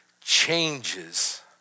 changes